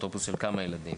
אפוטרופוס של כמה ילדים.